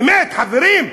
באמת, חברים,